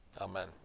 Amen